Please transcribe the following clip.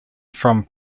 from